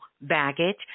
baggage